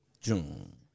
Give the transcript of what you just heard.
June